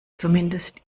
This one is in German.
zumindest